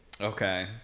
Okay